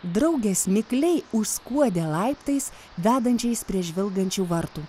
draugės mikliai užskuodė laiptais vedančiais prie žvilgančių vartų